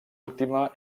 última